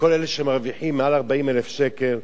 לכל אלה שמרוויחים יותר מ-40,000 שקל,